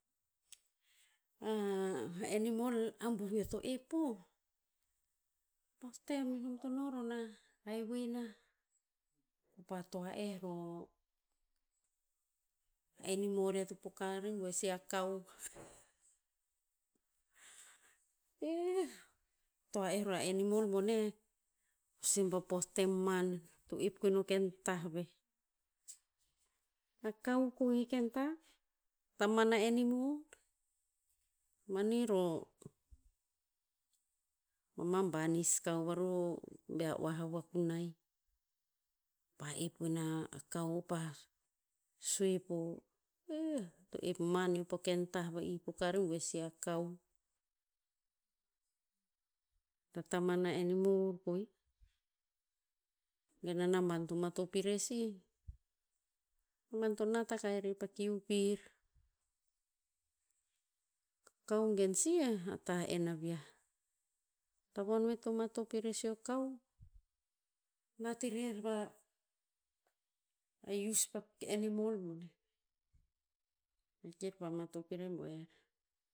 animal abuh eo to ep o, poh nom to no ro nah, haewe nah, kopa toa eh ro, enimor e to poka rebuer si a kao. toa eh ro a animal boneh, pa sua ba poh tem man, to ep koe no ken tah veh. A kao koe ken tah. Taman na enimor. Mani ro, pama banis kao varu bea oah a vakunai. Pa ep o ina a kao kopah sue po, eh, to ep man eo po ken tah va'ih poka rebuer si a kao. Tataman na enimor koeh. Gen a naban to matop irer sih, naban to nat akah irer pa kiu pir. A kao gen sih, a tah en a viah. Tavon ve to matop erer si o kao nat irer pa, a ius pa animal boneh. Ve kipa matop i rebuer